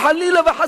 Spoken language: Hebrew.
חלילה וחס,